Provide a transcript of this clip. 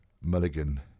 Mulligan